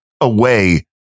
away